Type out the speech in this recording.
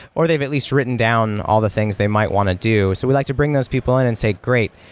or they've at least written down all the things they might want to do. so we'd like to bring those people in and say, great,